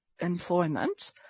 employment